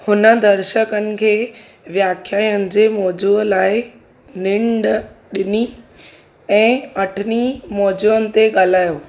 हुन दर्शकनि खे व्याख्यानु जे मौज़ूअ लाइ नींड ॾिनी ऐं अठनि मौज़ुनि ते ॻाल्हायो